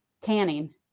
tanning